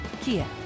Kia